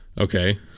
Okay